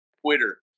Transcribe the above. Twitter